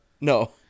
no